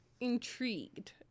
intrigued